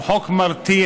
הוא חוק מרתיע.